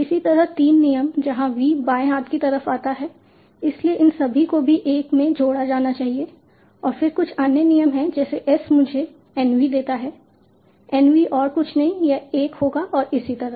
इसी तरह 3 नियम जहां V बाएं हाथ की तरफ आता है इसलिए इन सभी को भी 1 में जोड़ा जाना चाहिए और फिर कुछ अन्य नियम हैं जैसे S मुझे N V देता है N V और कुछ नहीं यह 1 होगा और इसी तरह